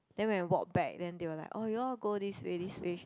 then when we walk back then they will like orh you all go this way this way